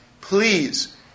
please